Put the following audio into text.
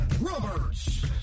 Roberts